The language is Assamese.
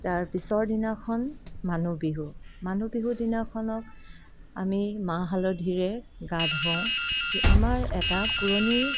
তাৰপিছৰ দিনাখন মানুহ বিহু মানুহ বিহু দিনাখনক আমি মাহ হালধিৰে গা ধুৱাওঁ আমাৰ এটা পুৰণি